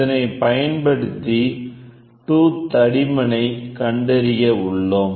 இதனை பயன்படுத்தி டூத் தடிமனை கண்டறிய உள்ளோம்